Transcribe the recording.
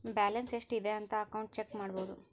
balance ಎಷ್ಟ್ ಇದೆ ಅಂತ ಅಕೌಂಟ್ ಚೆಕ್ ಮಾಡಬೋದು